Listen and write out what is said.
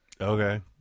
Okay